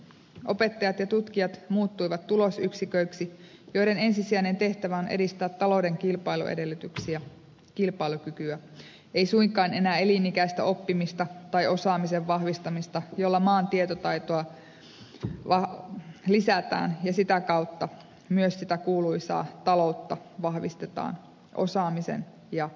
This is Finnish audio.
opettajat ja tutkijat muuttuivat tulosyksiköiksi joiden ensisijainen tehtävä on edistää talouden kilpailuedellytyksiä kilpailukykyä ei suinkaan enää elinikäistä oppimista tai osaamisen vahvistamista jolla maan tietotaitoa lisätään ja sitä kautta myös sitä kuuluisaa taloutta vahvistetaan osaamisen ja toiminnan kautta